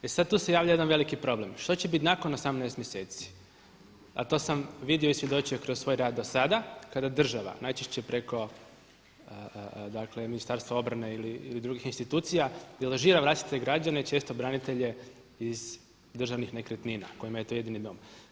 E sad, tu se javlja jedan veliki problem što će biti nakon 18 mjeseci a to sam vidio i svjedočio kroz svoj rad dosada kada država najčešće preko Ministarstva obrane ili drugih institucija deložira vlastite građane često branitelje iz državnih nekretnina kojima je to jedini dom.